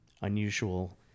unusual